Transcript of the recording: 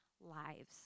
lives